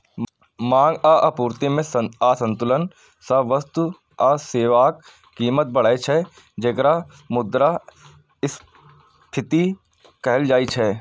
मांग आ आपूर्ति मे असंतुलन सं वस्तु आ सेवाक कीमत बढ़ै छै, जेकरा मुद्रास्फीति कहल जाइ छै